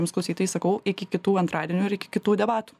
jums klausytojai sakau iki kitų antradienių ir iki kitų debatų